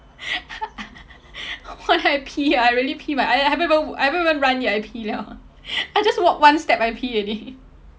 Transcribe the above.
I pee ah I really pee my I haven't even I haven't even run yet I pee liao I just walk one step I pee already